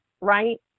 right